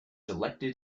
elected